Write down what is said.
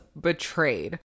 betrayed